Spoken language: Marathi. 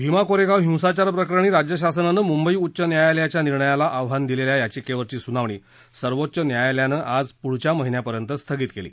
भीमा कोरेगांव हिंसाचारप्रकरणी राज्य शासनानं मुंबई उच्च न्यायालयाच्या निर्णयाला आव्हान दिलेल्या याचिकेवरची सुनावणी सर्वोच्च न्यायालयानं आज पुढच्या महिन्यापर्यंत स्थगित केली